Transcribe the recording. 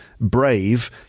brave